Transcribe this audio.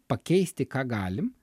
pakeisti ką galim